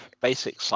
basic